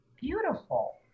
beautiful